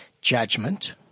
judgment